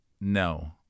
no